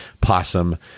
possum